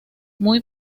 muy